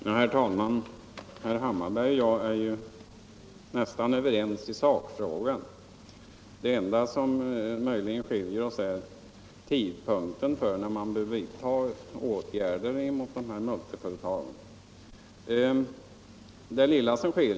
Herr talman! Herr Hammarberg och jag är nästan överens i sakfrågan. Det enda som skiljer oss åt är tidpunkten när man skall vidta åtgärder emot dessa multiföretag.